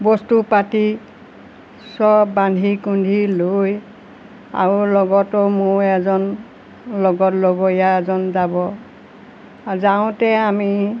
বস্তু পাতি চব বান্ধি কুন্ধি লৈ আৰু লগতো মোৰ এজন লগত লগৰীয়া এজন যাব আৰু যাওঁতে আমি